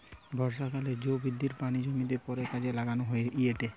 বর্ষাকালে জো বৃষ্টির পানি জমিয়ে পরে কাজে লাগানো হয়েটে